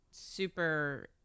super